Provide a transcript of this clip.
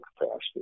capacity